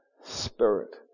spirit